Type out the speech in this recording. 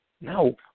no